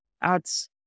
adds